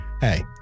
hey